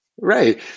Right